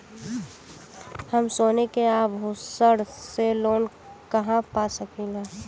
हम सोने के आभूषण से लोन कहा पा सकीला?